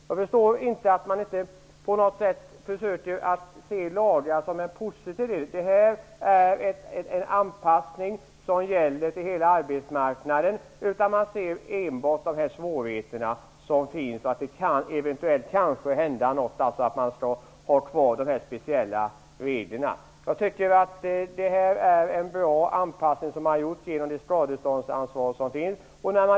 Jag förstår inte att de inte försöker se lagen som något positivt, att det här är en anpassning till hela arbetsmarknaden. De ser enbart svårigheterna, att det eventuellt kan hända någonting och att man därför skall ha de speciella reglerna kvar. Jag tycker att det är en bra anpassning som har gjorts genom det skadeståndsansvar som finns.